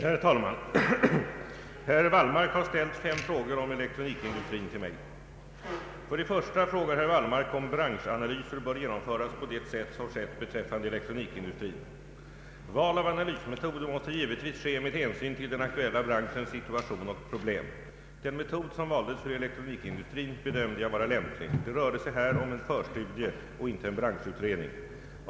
Herr talman! Herr Wallmark har ställt fem frågor om elektronikindustrin till mig. 1. För det första frågar herr Wallmark om branschanalyser bör genomföras på det sätt som skett beträffande elektronikindustrin. Val av analysmetod måste givetvis ske med hänsyn till den aktuella branschens situation och problem. Den metod som valdes för elektronikindustrin bedömde jag vara lämplig. Det rörde sig här om en förstudie och inte en branschutredning.